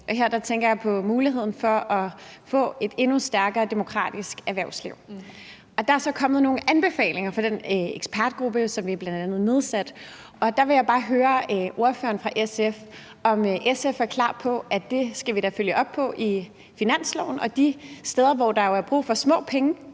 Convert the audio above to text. her tænker jeg på muligheden for at få et endnu stærkere demokratisk erhvervsliv. Der er så kommet nogle anbefalinger fra den ekspertgruppe, som vi nedsatte, og der vil jeg bare høre ordføreren fra SF, om SF er klar på, at det skal vi da følge op på i finansloven og de steder, hvor der er brug for små penge,